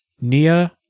Nia